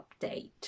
update